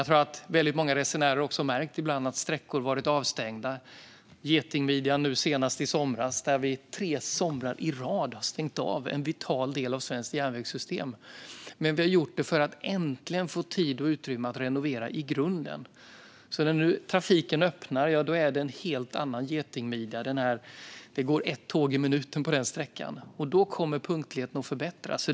Jag tror att många resenärer har märkt att sträckor har varit avstängda. Getingmidjan var avstängd nu senast i somras, och tre somrar i rad har vi alltså stängt av en vital del av svenskt järnvägssystem. Men vi har gjort det för att äntligen få tid och utrymme att renovera i grunden. När trafiken nu öppnar är det en helt annan getingmidja. Det går ett tåg i minuten på sträckan, och då kommer punktligheten att förbättras.